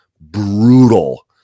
brutal